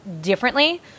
differently